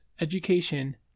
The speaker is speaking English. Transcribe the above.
education